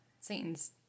Satan's